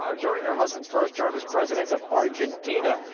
um during her husband's first term as president of argentina,